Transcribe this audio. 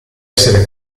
essere